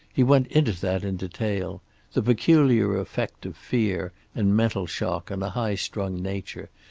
he went into that in detail the peculiar effect of fear and mental shock on a high-strung nature,